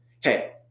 Hey